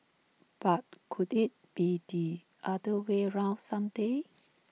but could IT be the other way round some day